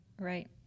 Right